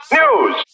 news